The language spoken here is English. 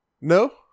no